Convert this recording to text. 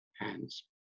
hands